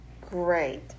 Great